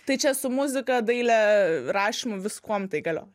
tai čia su muzika daile rašymu viskuom tai galėjo